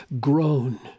groan